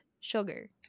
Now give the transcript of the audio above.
sugar